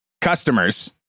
customers